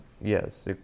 Yes